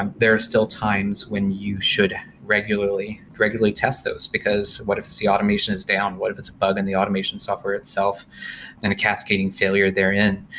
and there are still times when you should regularly regularly test those, because what if the automation is down. what if it's a bug in the automation software itself and a cascading failure therein?